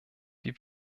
die